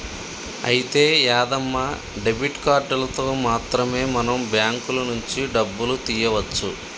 అయితే యాదమ్మ డెబిట్ కార్డులతో మాత్రమే మనం బ్యాంకుల నుంచి డబ్బులు తీయవచ్చు